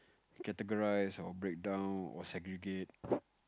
categories or break down or segregate